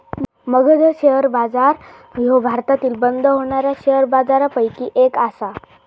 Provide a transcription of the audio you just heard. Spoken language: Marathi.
मगध शेअर बाजार ह्यो भारतातील बंद होणाऱ्या शेअर बाजारपैकी एक आसा